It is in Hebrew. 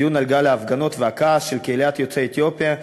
דיון על גל ההפגנות והכעס של קהילת יוצאי אתיופיה,